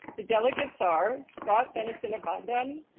the delegates are scott benesiianaabandan,